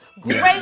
great